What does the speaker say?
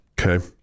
Okay